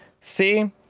see